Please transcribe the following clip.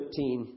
13